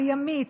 בימית,